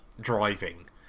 driving